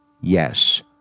yes